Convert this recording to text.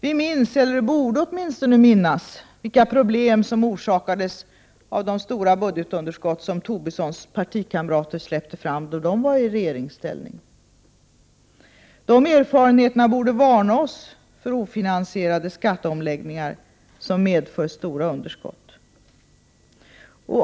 Vi minns — eller borde åtminstone minnas — vilka problem som orsakades av de stora budgetunderskott som Lars Tobissons partikamrater släppte fram då de var i regeringsställning. De erfarenheterna borde varna oss för ofinansierade skatteomläggningar som medför stora underskott.